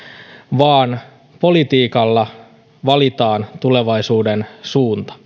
vaan politiikalla valitaan tulevaisuuden suunta